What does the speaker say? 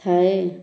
ଥାଏ